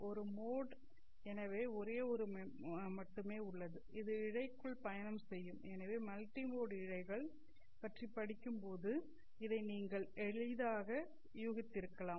ஒரு மோட் எனவே ஒரே ஒரு முறை மட்டுமே உள்ளது இது இழைக்குள் பயணம் செய்யும் எனவே மல்டி மோட் இழைகள் பற்றிப் படிக்கும்போது இதை நீங்கள் எளிதாக யூகித்திருக்கலாம்